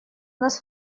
нас